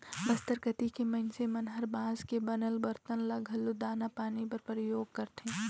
बस्तर कति के मइनसे मन हर बांस के बनल बरतन ल घलो दाना पानी बर परियोग करथे